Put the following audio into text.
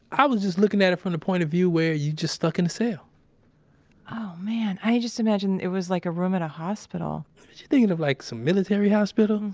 i was just looking at it from the point of view where you just stuck in the cell oh, man. i just imagine it was like a room at a hospital what you thinking of, like some military hospital?